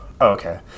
Okay